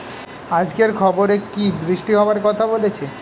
আজকের খবরে কি বৃষ্টি হওয়ায় কথা বলেছে?